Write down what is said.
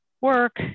work